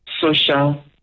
social